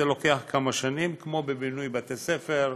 זה לוקח כמה שנים, כמו בבינוי בתי-ספר,